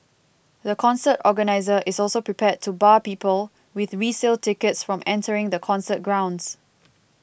the concert organiser is also prepared to bar people with resale tickets from entering the concert grounds